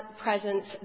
presence